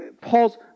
Paul's